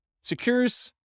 secures